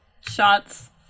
shots